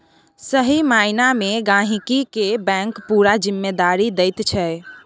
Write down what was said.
सही माइना मे गहिंकी केँ बैंक पुरा जिम्मेदारी दैत छै